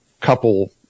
couple